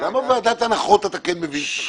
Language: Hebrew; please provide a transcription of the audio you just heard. למה ועדת הנחות אתה כן מביא?